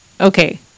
okay